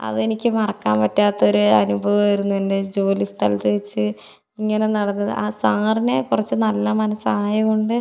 അതെനിക്ക് മറക്കാൻ പറ്റാത്ത ഒരു അനുഭവമായിരുന്നു എൻ്റെ ജോലി സ്ഥലത്ത് വെച്ച് ഇങ്ങനെ നടന്നത് ആ സാറിന് കുറച്ച് നല്ല മനസ്സ് ആയതു കൊണ്ട്